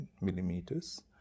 millimeters